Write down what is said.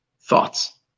thoughts